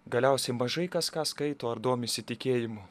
galiausiai mažai kas ką skaito ar domisi tikėjimu